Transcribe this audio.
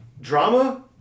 Drama